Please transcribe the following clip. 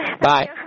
Bye